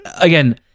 again